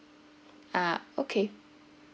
ah okay